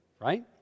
right